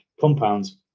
compounds